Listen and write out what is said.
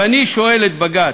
ואני שואל את בג"ץ,